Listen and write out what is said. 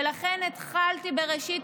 ולכן התחלתי בראשית